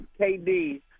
KD